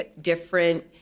different